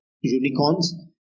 unicorns